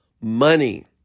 money